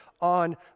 on